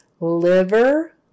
Liver